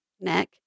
neck